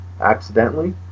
accidentally